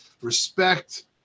respect